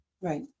right